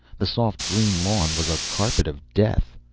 the soft green lawn was a carpet of death.